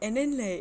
and then like